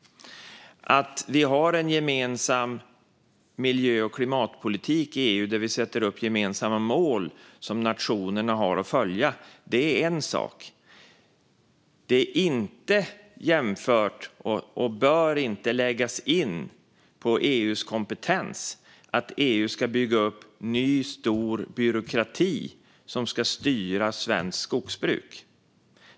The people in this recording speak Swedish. Att vi har en gemensam miljö och klimatpolitik i EU där vi sätter upp gemensamma mål som nationerna har att följa är en sak. Det är inte jämförbart, och det bör inte läggas in i EU:s kompetens att EU ska bygga upp en ny, stor byråkrati som ska styra svenskt skogsbruk.